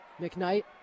mcknight